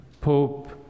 Pope